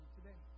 today